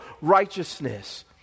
righteousness